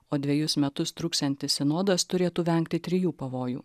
o dvejus metus truksiantis sinodas turėtų vengti trijų pavojų